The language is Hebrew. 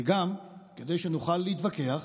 וגם כדי שנוכל להתווכח